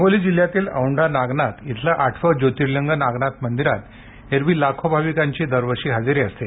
हिंगोली जिल्ह्यातील औंढा नागनाथ येथील आठवे ज्योतिर्लिंग नागनाथ मंदिरात एरवी लाखो भाविकांची दरवर्षी हजेरी असते